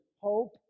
hope